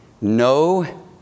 no